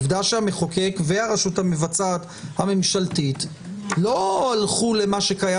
עובדה שהמחוקק והרשות המבצעת הממשלתית לא הלכו למה שקיים